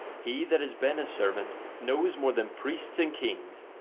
he that has been a servant knows more than priests and kings,